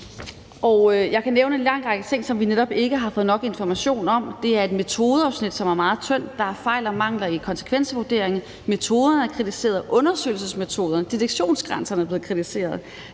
Jeg kan nævne en lang række ting, som vi netop ikke har fået nok information om. Der er et metodeafsnit, som er meget tyndt. Der er fejl og mangler i konsekvensvurderingen. Metoden er kritiseret, og undersøgelsesmetode og detektionsgrænserne er blevet kritiseret.